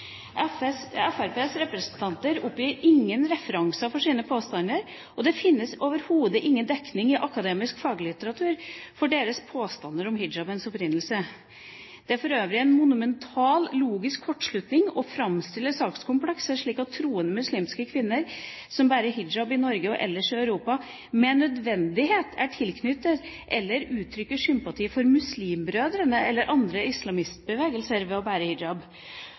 forslaget: «Frps representanter oppgir ingen referanser for sine påstander, og det finnes overhodet ingen dekning i akademisk faglitteratur for deres påstander om hijabens opprinnelse. Det er for øvrig en monumental logisk kortslutning å fremstille sakskomplekset slik at troende muslimske kvinner som bærer hijab i Norge og ellers i Europa med nødvendighet er tilknyttet til, eller uttrykker sympatier for Muslimbrødrene eller andre «islamistbevegelser» ved å bære hijab.